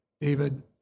David